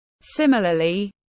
Similarly